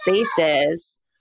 spaces